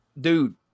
dude